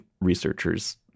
researchers